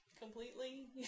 completely